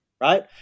right